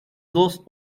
dos